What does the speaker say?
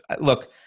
look